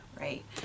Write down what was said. right